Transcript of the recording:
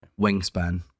Wingspan